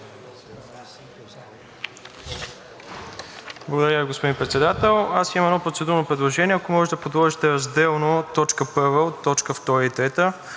Благодаря, господин Председател. Аз имам едно процедурно предложение. Ако може да подложите разделно т.